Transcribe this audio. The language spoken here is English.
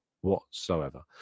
whatsoever